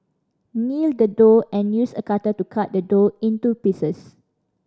knead the dough and use a cutter to cut the dough into pieces